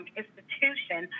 institution